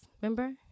remember